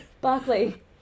Barclay